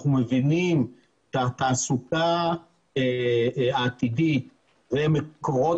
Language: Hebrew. אנחנו מבינים שהתעסוקה העתידית ומקורות